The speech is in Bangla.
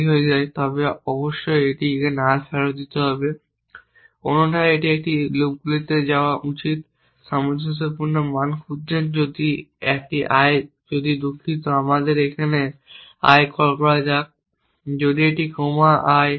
তবে এটি অবশ্যই নাল ফেরত দিতে হবে অন্যথায় এটি এই লুপগুলিতে যাওয়া উচিত সামঞ্জস্যপূর্ণ মান খুঁজছেন যদি একটি i যদি দুঃখিত আমাদের এটিকে একটি i কল করা যাক যদি একটি কমা একটি i